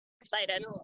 excited